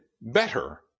better